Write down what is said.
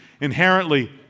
inherently